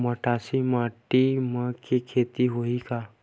मटासी माटी म के खेती होही का?